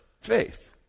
faith